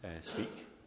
speak